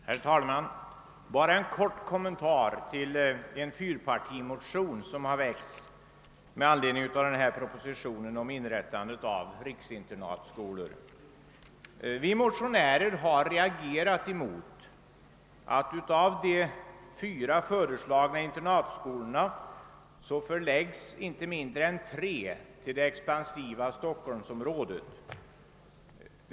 Herr talman! Bara en kort kommentar till en fyrpartimotion som har väckts med anledning av propositionen om inrättandet av riksinternatskolor. Vi motionärer har reagerat emot att inte mindre än tre av de fyra föreslagna internatskolorna förläggs till det expansiva Stockhohmsområdet.